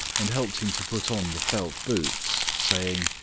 and helped him to put on the felt boots, saying,